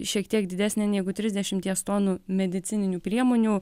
šiek tiek didesnį neigu trisdešimties tonų medicininių priemonių